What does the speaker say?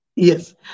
Yes